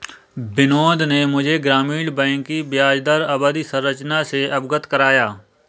बिनोद ने मुझे ग्रामीण बैंक की ब्याजदर अवधि संरचना से अवगत कराया